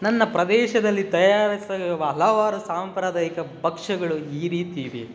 ನನ್ನ ಪ್ರದೇಶದಲ್ಲಿ ತಯಾರಿಸುವ ಹಲವಾರು ಸಾಂಪ್ರದಾಯಿಕ ಭಕ್ಷ್ಯಗಳು ಈ ರೀತಿ ಇವೆ